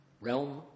realm